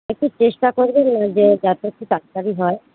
একটু চেষ্টা করবেন যে যাতে একটু তাড়াতাড়ি হয়